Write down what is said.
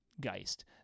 Geist